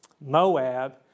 Moab